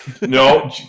No